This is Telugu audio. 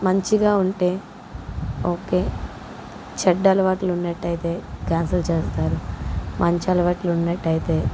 మంచిగా ఉంటే ఓకే చెడ్డ అలవాట్లు ఉన్నట్టయితే క్యాన్సిల్ చేస్తారు మంచి అలవాట్లు ఉన్నట్టయితే